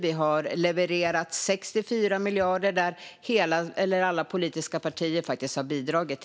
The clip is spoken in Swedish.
Vi har levererat 64 miljarder, och där har alla politiska partier faktiskt bidragit.